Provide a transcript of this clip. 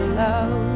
love